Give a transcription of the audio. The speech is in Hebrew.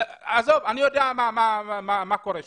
אני יודע מה קורה שם.